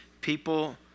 People